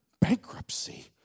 bankruptcy